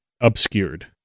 obscured